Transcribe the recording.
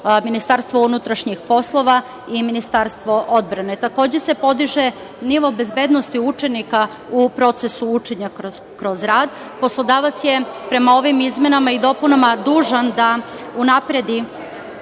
Ministarstvo unutrašnjih poslova i Ministarstvo odbrane. Takođe se podiže nivo bezbednosti učenika u procesu učenja kroz rad. Poslodavac je, prema ovim izmenama i dopunama, dužan da obezbedi